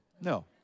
No